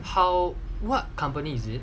how what company is it